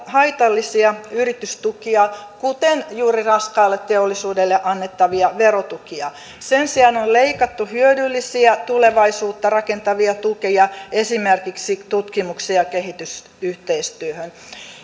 haitallisia yritystukia kuten juuri raskaalle teollisuudelle annettavia verotukia sen sijaan on on leikattu hyödyllisiä tulevaisuutta rakentavia tukia esimerkiksi tutkimukseen ja kehitysyhteistyöhön